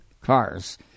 cars